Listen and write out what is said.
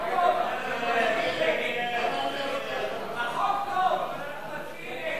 ההצעה להסיר מסדר-היום את הצעת חוק התגוננות